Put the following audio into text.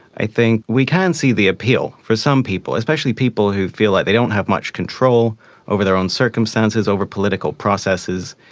i think we can see the appeal for some people, especially people who feel like they don't have much control over their own circumstances, over political processes,